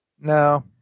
no